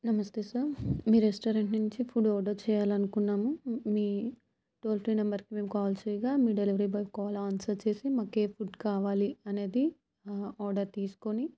నమస్తే సార్ మీ రెస్టారెంట్ నుంచి ఫుడ్ ఆర్డర్ చేయాలని అనుకున్నాము మీ టోల్ ఫ్రీ నెంబర్కు మేము కాల్ చేయగా మీ డెలివరీ బాయ్ కాల్ ఆన్సర్ చేసి మాకు ఏ ఫుడ్ కావాలి అనేది ఆర్డర్ తీసుకొని